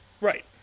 Right